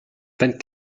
vingt